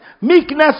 Meekness